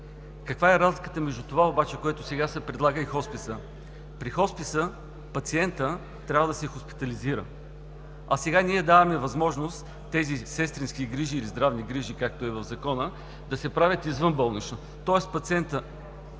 Каква е разликата между това обаче, което сега се предлага, и хосписа? При хосписа пациентът трябва да се хоспитализира, а сега ние даваме възможност тези сестрински грижи, или здравни грижи, както е в Закона, да се правят извънболнично, тоест пациентът